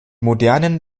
modernen